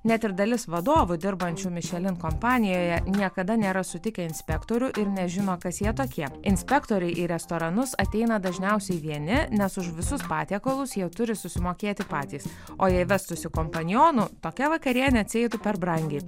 net ir dalis vadovų dirbančių mišelin kompanijoje niekada nėra sutikę inspektorių ir nežino kas jie tokie inspektoriai į restoranus ateina dažniausiai vieni nes už visus patiekalus jie turi susimokėti patys o jei vestųsi kompanionų tokia vakarienė atsieitų per brangiai